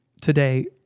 today